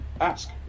Ask